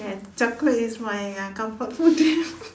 ya chocolate is my ya comfort food